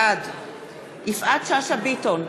בעד יפעת שאשא ביטון,